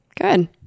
Good